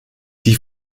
die